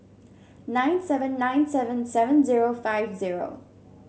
nine seven nine seven seven zero five zero